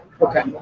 Okay